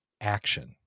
action